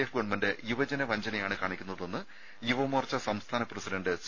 F government യുവജന വഞ്ചനയാണ് കാണിക്കുന്നതെന്ന് യുവമോർച്ച സംസ്ഥാന പ്രസിഡന്റ് സി